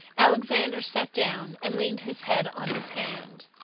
alexander sat down and leaned his head on his hand.